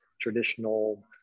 traditional